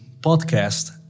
podcast